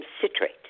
citrate